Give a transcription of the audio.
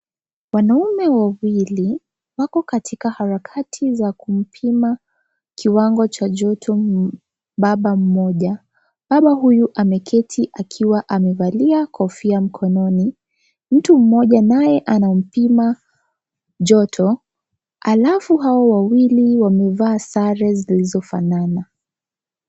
Wanaume wawili wako katika harakati za kumpima kiwango cha joto baba mmoja. Baba huyu ameketi akiwa amevalia kofia mkononi. Mtu mmoja naye anampima joto halafu hao wawili wamevaa sare zilizofanana.